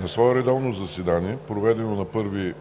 На свое редовно заседание, проведено на 1